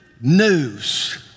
news